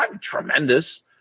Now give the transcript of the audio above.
tremendous